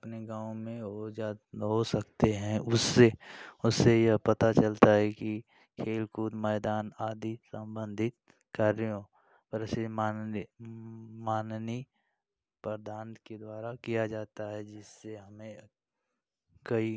अपने गाँव में हो जा हो सकते हैं उससे उससे यह पता चलता है कि खेल कूद मैदान आदि संबंधित कार्यों और उसे मानने माननी प्रधान के द्वारा किया जाता है जिससे हमें कई